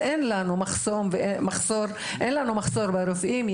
אין לנו מחסור ברופאים.